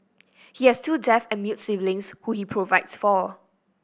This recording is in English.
he has two deaf and mute siblings who he provides for